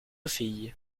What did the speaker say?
fille